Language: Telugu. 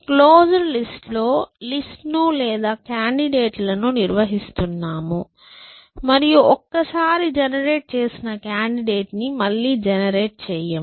క్లోస్డ్ లిస్ట్ లో లిస్ట్ ను లేదా కాండిడేట్ ల ను నిర్వహిస్తున్నాము మరియు ఒక్కసారి జెనెరేట్ చేసిన కాండిడేట్ ని మళ్ళి జెనెరేట్ చెయ్యము